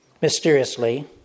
mysteriously